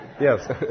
Yes